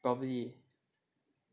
probably